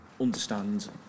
understand